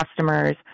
customers